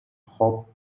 hopf